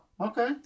Okay